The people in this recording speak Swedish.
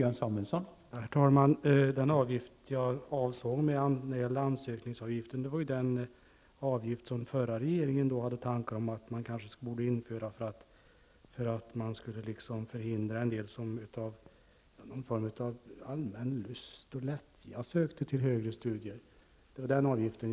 Regeringen vill i sin regeringsförklaring starkt betona skolans uppgift som kunskapsgivare. Enligt min mening går kunskap och hyfs hand i hand. Mobbning, vandalism, översitteri, skolk är företeelser som starkt försvårar kunskapsinhämtningen.